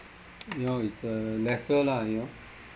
you know it's uh lesser lah you know